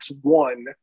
One